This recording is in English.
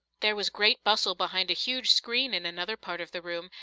there was great bustle behind a huge screen in another part of the room,